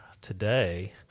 today